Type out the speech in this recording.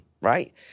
right